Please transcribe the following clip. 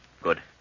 Good